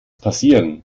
passieren